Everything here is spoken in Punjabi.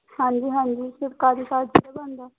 ਹਾਂਜੀ ਹਾਂਜੀ ਸਰਕਾਰੀ ਕਾਰਡ ਕਿੰਨੇ ਦਾ ਬਣਦਾ